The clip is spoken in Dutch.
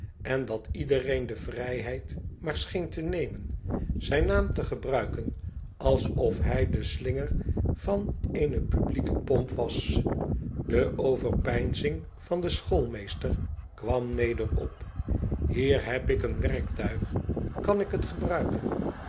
en dat iedereen de vrijheid maar scheen te nemen zijn naam te gebruiken alsof hij de slinger van eene publieke pomp was de overpeinzing van den schoolmeester kwam neder op hier heb ik een werktuig kan ik het gebruiken